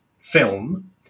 film